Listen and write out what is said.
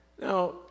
Now